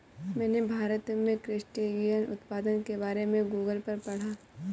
मैंने भारत में क्रस्टेशियन उत्पादन के बारे में गूगल पर पढ़ा